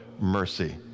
mercy